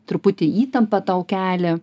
truputį įtampą tau kelia